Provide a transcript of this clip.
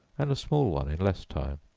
and a small one in less time.